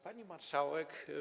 Pani Marszałek!